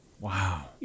Wow